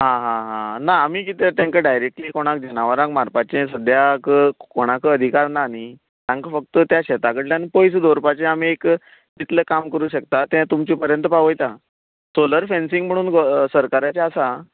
आं हां हां ना आमी कितें तेंका डायरॅक्टली कोणाक जनावरांक मारपाचें सद्याक कोणाक अधिकार ना न्ही तांकां फक्त त्या शेता कडल्यान पयस दवरपाचें आमी एक तितलें काम करूं शकता तें तुमचे परेंत पावयतां सोलर फॅन्सींग म्हुणून गो सरकाराचे आसा आं